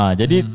jadi